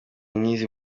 nkizi